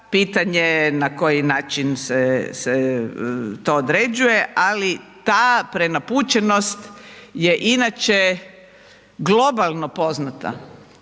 pitanje je na koji način se to određuje, ali ta prenapučenost je inače globalno poznata